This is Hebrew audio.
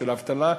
של האבטלה,